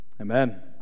Amen